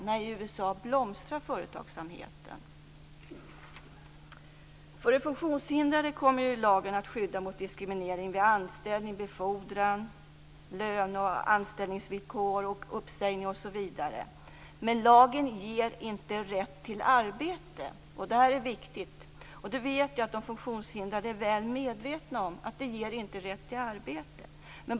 Nej, i USA blomstrar företagsamheten. För de funktionshindrades del kommer lagen att skydda mot diskriminering vid anställning, befordran, löne och anställningsvillkor, uppsägning osv. Men lagen ger inte rätt till arbete. Det är viktigt. Jag vet att de funktionshindrade är väl medvetna om att den inte ger rätt till arbete.